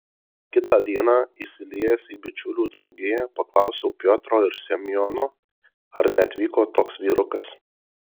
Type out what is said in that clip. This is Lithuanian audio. kitą dieną įsiliejęs į bičiulių draugiją paklausiau piotro ir semiono ar neatvyko toks vyrukas